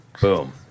Boom